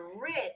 rich